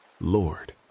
lord